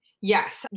Yes